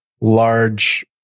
large